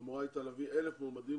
ואמורה הייתה להביא 1,000 מועמדים,